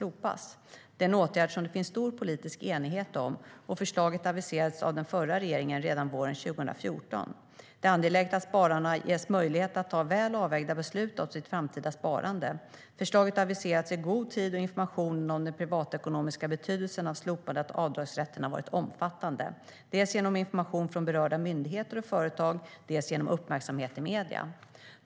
Det är en åtgärd som det finns stor politisk enighet om, och förslaget aviserades av den förra regeringen redan våren 2014. Det är angeläget att spararna ges möjlighet att ta väl avvägda beslut om sitt framtida sparande. Förslaget har aviserats i god tid, och informationen om den privatekonomiska betydelsen av slopandet av avdragsrätten har varit omfattande, dels genom information från berörda myndigheter och företag, dels genom uppmärksamhet i medier.